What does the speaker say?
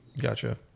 Gotcha